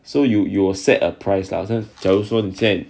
so you you will set a price lah 假如说你现在